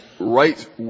right